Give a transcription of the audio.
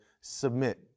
submit